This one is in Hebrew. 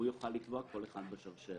הוא יוכל לקבוע כל אחד בשרשרת.